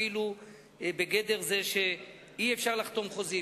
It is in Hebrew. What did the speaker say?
אפילו בגדר זה שאי-אפשר לחתום חוזים,